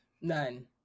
None